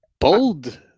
Bold